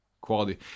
quality